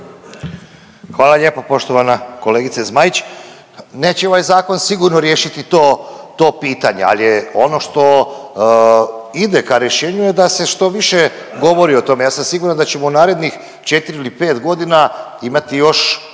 Hvala lijepa poštovana kolegice Zmaić. Neće ovaj zakon sigurno riješiti to pitanje, ali je ono što ide ka rješenju da se što više govori o tome. Ja sam siguran da ćemo u narednih 4 ili 5 godina imati još